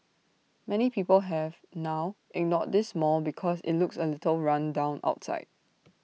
many people have now ignored this mall because IT looks A little run down outside